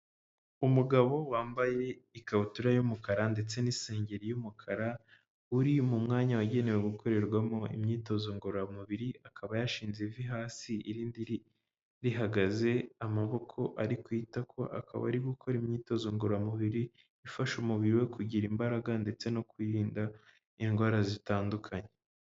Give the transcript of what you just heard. Umugabo wambaye ikabutura y'umukara ndetse n'isengeri y'umukara, uri mu mwanya wagenewe gukorerwamo imyitozo ngororamubiri, akaba yashinze ivi hasi irindi rihagaze, amaboko ari kutako, akaba ari gukora imyitozo ngororamubiri, ifasha umubiri we kugira imbaraga ndetse no kwirinda indwara zitandukanye.